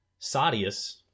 Sadius